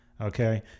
Okay